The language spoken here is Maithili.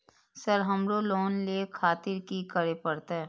सर हमरो लोन ले खातिर की करें परतें?